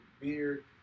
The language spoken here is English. beard